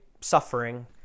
suffering